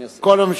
אני עושה.